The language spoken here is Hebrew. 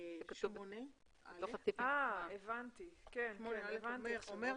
8. הוא אומר